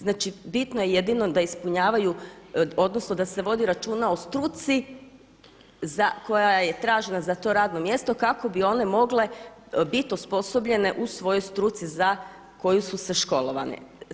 Znači bitno je jedino da ispunjavaju, odnosno da se vodi računa o struci koja je tražena za to radno mjesto kako bi one mogle biti osposobljene u svojoj struci za koju su se školovale.